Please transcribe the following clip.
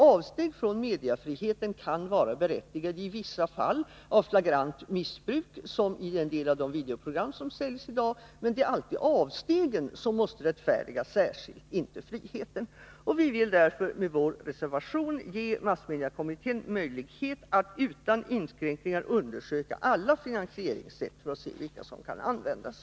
Avsteg från mediefriheten kan vara berättigade i vissa fall av flagrant missbruk — såsom i en del av de videoprogram som säljs i dag — men det är alltid avstegen som måste rättfärdigas särskilt, inte friheten. Vi vill därför i vår reservation ge massmediekommittén möjlighet att utan inskränkningar undersöka alla finansieringssätt för att se vilka som kan användas.